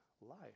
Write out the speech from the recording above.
life